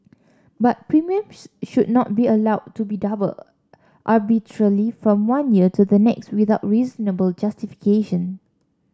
but premiums should not be allowed to be doubled arbitrarily from one year to the next without reasonable justification